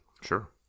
Sure